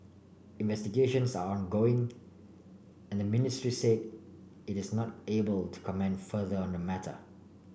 investigations are ongoing and the ministry said it is not able to comment further on the matter